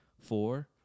four